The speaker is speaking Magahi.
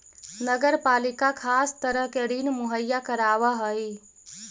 नगर पालिका खास तरह के ऋण मुहैया करावऽ हई